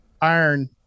iron